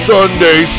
Sunday